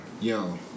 yo